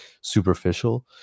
superficial